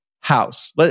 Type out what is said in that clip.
house